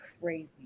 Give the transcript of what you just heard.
crazy